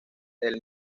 del